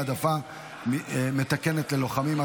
העדפה מתקנת ללוחמים),